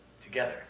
together